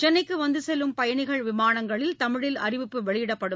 சென்னைக்கு வந்து செல்லும் பயணிகள் விமானங்களில் தமிழில் அறிவிப்பு வெளியிடப்படும்